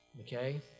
Okay